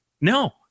no